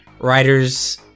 writers